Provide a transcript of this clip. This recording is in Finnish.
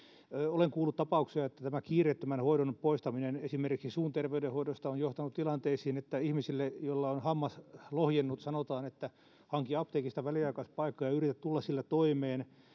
olen kuullut tapauksia että kiireettömän hoidon poistaminen esimerkiksi suun terveydenhoidosta on johtanut tilanteisiin että ihmisille joilla on hammas lohjennut sanotaan että hanki apteekista väliaikaispaikka ja yritä tulla sillä toimeen